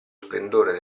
splendore